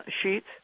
sheets